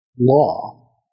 law